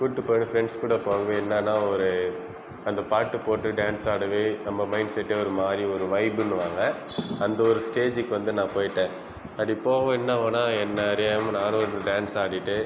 கூட்டு போய் ஃப்ரெண்ட்ஸ் கூட போகவே என்னென்னா ஒரு அந்த பாட்டு போட்டு டான்ஸ் ஆடவே நம்ம மைண்ட் செட் ஒரு மாதிரி ஒரு வைப்னுவாங்க அந்த ஒரு ஸ்டேஜுக்கு வந்து நான் போயிட்டேன் அப்படி போக என்ன ஆகுனா என்ன அறியாமல் நானும் வந்து டான்ஸ் ஆடிகிட்டு